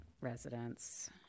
residents